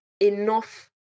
enough